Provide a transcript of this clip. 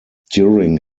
during